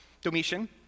Domitian